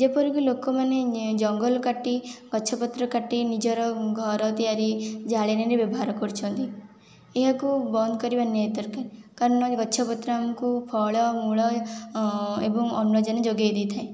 ଯେପରିକି ଲୋକମାନେ ଜଙ୍ଗଲ କାଟି ଗଛପତ୍ର କାଟି ନିଜର ଘର ତିଆରି ଜାଳେଣୀରେ ବ୍ୟବହାର କରିଛନ୍ତି ଏହାକୁ ବନ୍ଦ କରିବା ନିହାତି ଦରକାର କାରଣ ଗଛପତ୍ର ଆମକୁ ଫଳମୂଳ ଏବଂ ଅମ୍ଳଜାନ ଯୋଗେଇ ଦେଇଥାଏ